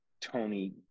Tony